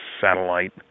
satellite